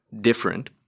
different